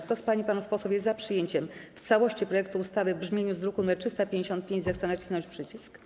Kto z pań i panów posłów jest za przyjęciem w całości projektu ustawy w brzmieniu z druku nr 355, zechce nacisnąć przycisk.